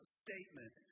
statement